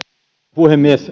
puhemies